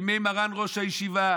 בימי מרן ראש הישיבה